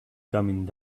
coming